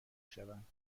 شوند